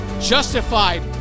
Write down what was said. justified